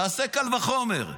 תעשה קל וחומר.